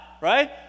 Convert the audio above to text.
right